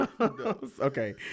Okay